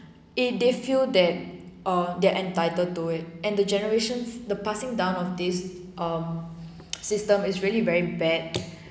if they feel that ah they're entitled to it and the generations the passing down of this um system is really very bad